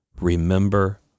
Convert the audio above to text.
remember